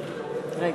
(תיקון,